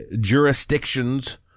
jurisdictions